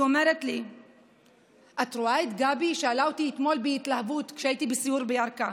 היא שאלה אותי אתמול בהתלהבות כשהייתי בסיור בירכא: